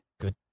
Good